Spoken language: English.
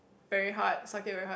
very hard suck it very hard